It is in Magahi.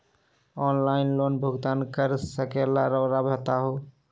ऑनलाइन लोन भुगतान कर सकेला राउआ बताई?